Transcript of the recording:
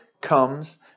comes